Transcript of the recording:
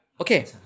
okay